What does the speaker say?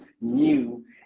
new